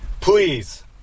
Please